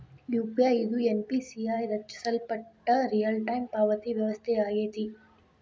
UPI ಇದು NPCI ರಚಿಸಲ್ಪಟ್ಟ realtime ಪಾವತಿ ವ್ಯವಸ್ಥೆಯಾಗೆತಿ